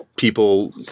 People